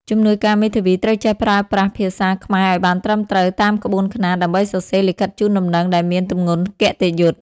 ជំនួយការមេធាវីត្រូវចេះប្រើប្រាស់ភាសាខ្មែរឱ្យបានត្រឹមត្រូវតាមក្បួនខ្នាត ដើម្បីសរសេរលិខិតជូនដំណឹងដែលមានទម្ងន់គតិយុត្តិ។